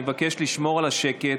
אני מבקש לשמור על השקט.